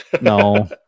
No